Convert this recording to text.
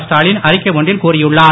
ஸ்டாலின் அறிக்கை ஒன்றில் கூறியுள்ளார்